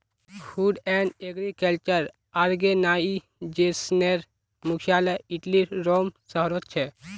food and agriculture आर्गेनाईजेशनेर मुख्यालय इटलीर रोम शहरोत छे